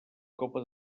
copa